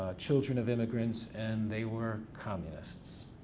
ah children of immigrants, and they were communists,